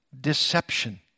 deception